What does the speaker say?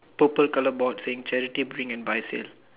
purple color ball thing charity bring and buy sale